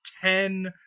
ten